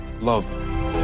Love